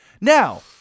Now